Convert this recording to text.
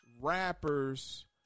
rappers